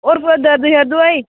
होर कुतै दर्द शर्द होआ दी